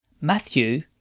Matthew